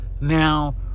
Now